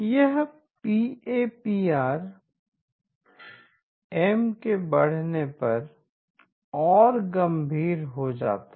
यह P A P R M के बढ़ने पर और गंभीर हो जाता है